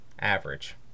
average